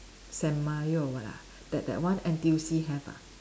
San Remo or what ah that that one N_T_U_C have ah